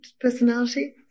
personality